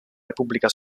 repubblica